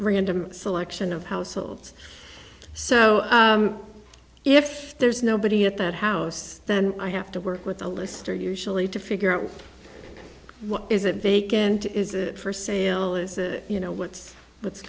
random selection of households so if there's nobody at that house then i have to work with a lister usually to figure out what is it vacant is it for sale is you know what's what's